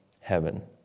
heaven